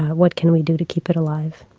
what can we do to keep it alive?